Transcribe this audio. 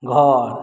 घर